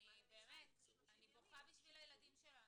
אני באמת, אני בוכה בשביל הילדים שלנו.